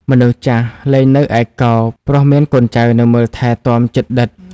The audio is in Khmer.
មនុស្សចាស់លែងនៅឯកោ ព្រោះមានកូនចៅនៅមើលថែទាំជិតដិត។